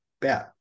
bad